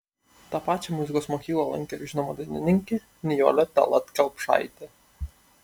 tą pačią muzikos mokyklą lankė ir žinoma dainininkė nijolė tallat kelpšaitė